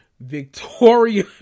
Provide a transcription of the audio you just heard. Victoria